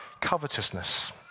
covetousness